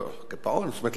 זאת אומרת,